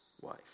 wife